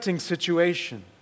situation